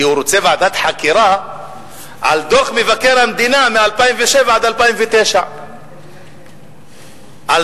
כי הוא רוצה ועדת חקירה על דוח מבקר המדינה מ-2007 עד 2009. על